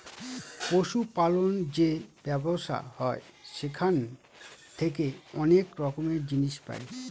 পশু পালন যে ব্যবসা হয় সেখান থেকে অনেক রকমের জিনিস পাই